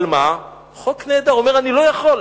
אבל מה, הוא אומר, אני לא יכול.